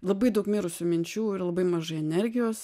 labai daug mirusių minčių ir labai mažai energijos